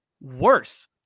Worse